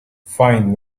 fine